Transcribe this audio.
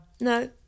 No